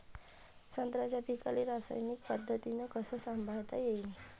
संत्र्याच्या पीकाले रासायनिक पद्धतीनं कस संभाळता येईन?